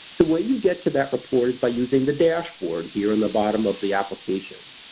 the way you get to that report is by using the dashboard here in the bottom of the application.